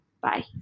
Bye